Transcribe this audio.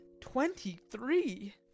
Twenty-three